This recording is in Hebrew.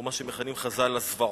או מה שחז"ל מכנים "הזוועות".